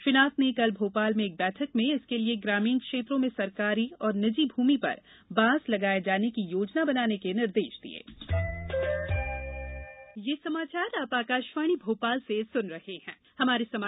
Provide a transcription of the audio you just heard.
श्री नाथ ने कल भोपाल में एक बैठक में इसके लिए ग्रामीण क्षेत्रों में सरकारी और निजी भूमि पर बांस लगाये जाने की योजना बनाने के निर्देश दिये